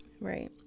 Right